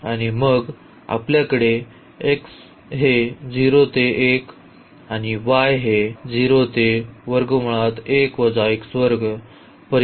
आणि मग आपल्याकडे x हे 0 ते 1 आणि y 0 ते पर्यंत आहे